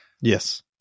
Yes